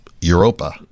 europa